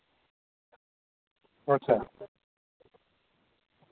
अच्छा